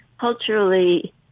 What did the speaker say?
culturally